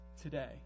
today